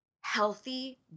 Healthy